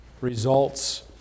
results